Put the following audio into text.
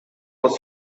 was